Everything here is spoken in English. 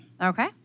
Okay